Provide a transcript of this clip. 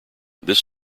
this